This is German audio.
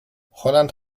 holland